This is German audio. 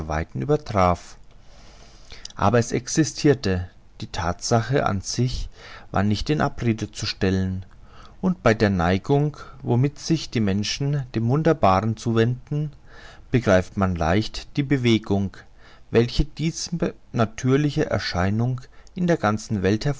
aber es existirte die thatsache an sich war nicht in abrede zu stellen und bei der neigung womit sich die menschen dem wunderbaren zuwenden begreift man leicht die bewegung welche diese übernatürliche erscheinung in der ganzen welt